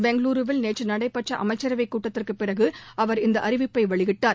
பெங்களூருவில் நேற்று நடைபெற்ற அமைச்சரவை கூட்டத்திற்குப் பிறகு அவர் இந்த அறிவிப்பை வெளியிட்டார்